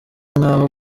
nk’aho